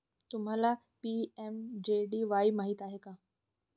तुम्हाला पी.एम.जे.डी.वाई माहित आहे का?